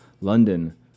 London